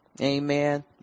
Amen